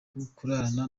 kurarana